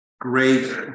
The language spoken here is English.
Great